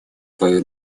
свои